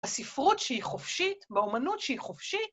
הספרות שהיא חופשית, באומנות שהיא חופשית...